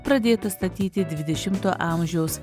pradėtas statyti dvidešimto amžiaus